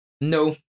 No